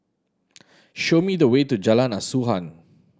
show me the way to Jalan Asuhan